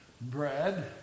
bread